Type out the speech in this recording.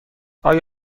آیا